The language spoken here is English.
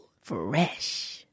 Fresh